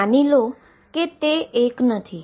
માની લો કે તે એક નથી